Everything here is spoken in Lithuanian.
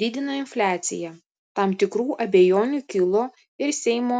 didina infliaciją tam tikrų abejonių kilo ir seimo